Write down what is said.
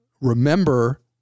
remember